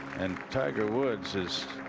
and tiger woods is